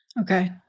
Okay